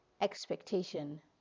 expectation